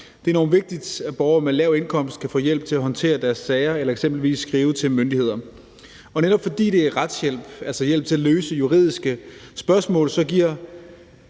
Det er enormt vigtigt, at borgere med lav indkomst kan få hjælp til at håndtere deres sager eller eksempelvis skrive til myndigheder. Netop fordi det er retshjælp, altså hjælp til at løse juridiske spørgsmål, giver